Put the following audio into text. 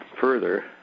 further